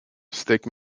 stick